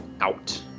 out